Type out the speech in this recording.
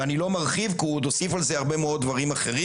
אני לא מרחיב כי הוא עוד הוסיף על זה הרבה דברים אחרים.